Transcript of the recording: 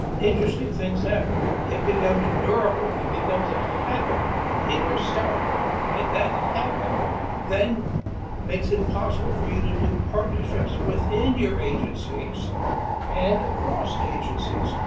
interesting things happen. it becomes durable. it becomes a habit in yourself and that habit then makes it possible for you to do partnerships within your agencies and across agencies.